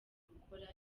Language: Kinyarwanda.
gukora